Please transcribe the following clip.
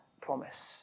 promise